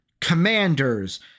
commanders